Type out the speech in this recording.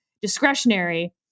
discretionary